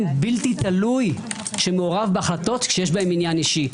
בלתי תלוי שמעורב בהחלטות שיש בהן עניין אישי.